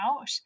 out